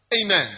Amen